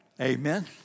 Amen